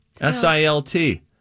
S-I-L-T